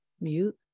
Mute